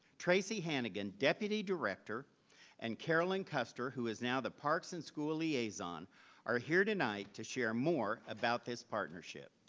tracy hannigan, deputy director and carolyn custard who is the now the parks and school liaison are here tonight to share more about this partnership.